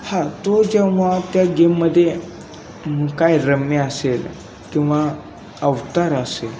हां तो जेव्हा त्या गेममध्ये काय रम्मी असेल किंवा अवतार असेल